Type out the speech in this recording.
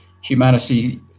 humanity